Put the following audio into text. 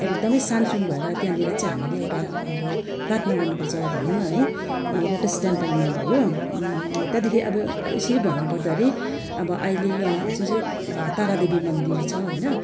एकदमै सानसुन भएर त्यहाँनिर चाहिँ हामीले एउटा अब प्रार्थना गर्नुपर्छ भनौँ न है अब लोटस टेम्पलमा भयो त्यहाँदेखि अब यसरी भन्नुपर्दाखेरि अब अहिले यहाँ जुन चाहिँ तारा देवी मन्दिर छ होइन